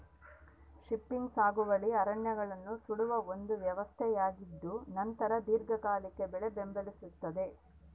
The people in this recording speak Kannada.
ಶಿಫ್ಟಿಂಗ್ ಸಾಗುವಳಿ ಅರಣ್ಯಗಳನ್ನು ಸುಡುವ ಒಂದು ವ್ಯವಸ್ಥೆಯಾಗಿದ್ದುನಂತರ ದೀರ್ಘಕಾಲಿಕ ಬೆಳೆ ಬೆಂಬಲಿಸ್ತಾದ